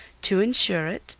to ensure it,